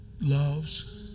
loves